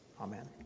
Amen